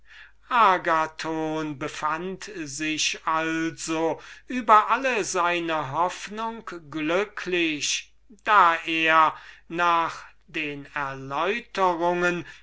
befand sich also über alles was er hätte wünschen können glücklich da er nach den erläuterungen